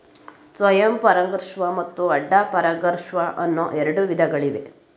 ಸ್ವಯಂ ಪರಾಗಸ್ಪರ್ಶ ಮತ್ತು ಅಡ್ಡ ಪರಾಗಸ್ಪರ್ಶ ಅನ್ನೂ ಎರಡು ವಿಧಗಳಿವೆ